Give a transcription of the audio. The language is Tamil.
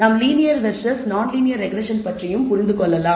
நாம் linear versus non linear regression பற்றியும் புரிந்து கொள்ளலாம்